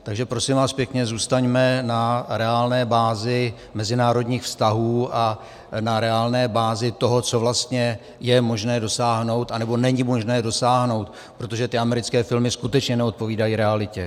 Takže prosím vás pěkně, zůstaňme na reálné bázi mezinárodních vztahů a na reálné bázi toho, co vlastně je možné dosáhnout, anebo není možné dosáhnout, protože ty americké filmy skutečně neodpovídají realitě!